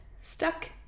stuck